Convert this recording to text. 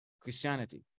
Christianity